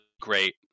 great